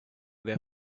their